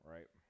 Right